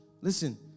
listen